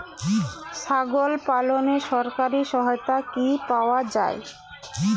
ছাগল পালনে সরকারি সহায়তা কি পাওয়া যায়?